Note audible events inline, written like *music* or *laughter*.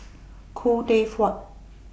*noise* Khoo Teck Puat